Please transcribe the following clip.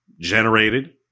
generated